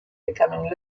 becoming